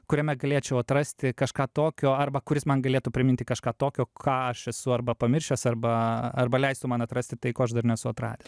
kuriame galėčiau atrasti kažką tokio arba kuris man galėtų priminti kažką tokio ką aš esu arba pamiršęs arba arba leistų man atrasti tai ko aš dar nesu atradęs